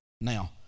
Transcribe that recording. now